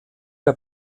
der